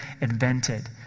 invented